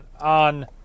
on